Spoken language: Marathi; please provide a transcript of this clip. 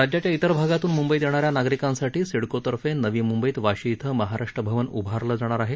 राज्याच्या तिर भागातून मुंबईत येणाऱ्या नागरिकांसाठी सिडकोतर्फे नवी मुंबईत वाशी येथे महाराष्ट्र भवन उभारलं जाणार आहे